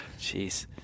Jeez